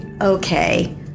okay